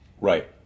right